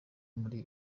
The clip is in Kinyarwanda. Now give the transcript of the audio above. muri